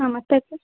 ಹಾಂ ಮತ್ತೆ ಅಕ್ಕ